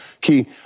Key